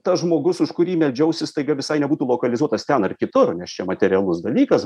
tas žmogus už kurį meldžiausi staiga visai nebūtų lokalizuotas ten ar kitur nes čia materialus dalykas